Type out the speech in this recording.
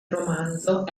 romanzo